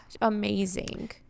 amazing